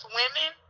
women